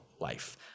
life